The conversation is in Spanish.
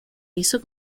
hizo